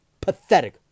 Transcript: Pathetic